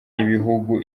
ibihugu